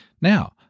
Now